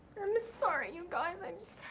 i'm sorry you guys, i'm